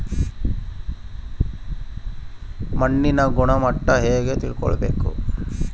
ಮಣ್ಣಿನ ಗುಣಮಟ್ಟ ಹೆಂಗೆ ತಿಳ್ಕೊಬೇಕು?